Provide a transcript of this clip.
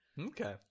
Okay